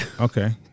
Okay